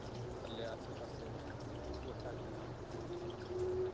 ᱟᱞᱮ ᱟᱥᱮ ᱯᱟᱥᱮ ᱨᱮᱦᱚᱸ ᱜᱚᱴᱟᱜᱮ